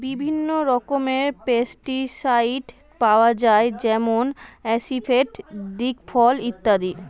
বিভিন্ন রকমের পেস্টিসাইড পাওয়া যায় যেমন আসিফেট, দিকফল ইত্যাদি